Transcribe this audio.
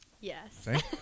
yes